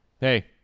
Hey